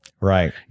Right